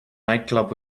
nightclub